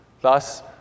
Thus